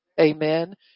Amen